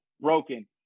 broken